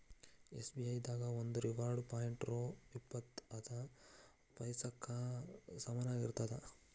SBI ದಾಗ ಒಂದು reward point ರೊ ಇಪ್ಪತ್ ಐದ ಪೈಸಾಕ್ಕ ಸಮನಾಗಿರ್ತದ